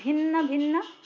भिन्ना भिन्ना